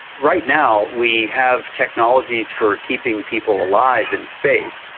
right now we have technologies for keeping people alive in space.